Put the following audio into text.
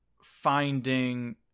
finding